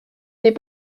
n’est